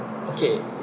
okay